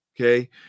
okay